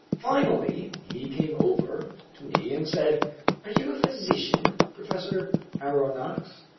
finally he came over to me and said are you a physician, professor aronnax?